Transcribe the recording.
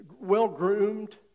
well-groomed